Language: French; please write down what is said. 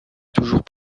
toujours